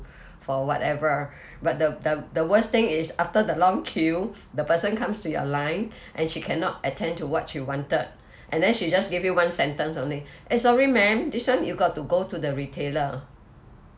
for whatever but the the the worst thing is after the long queue the person comes to your line and she cannot attend to what you wanted and then she just give you one sentence only eh sorry ma'am this [one] you got to go to the retailer